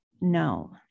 no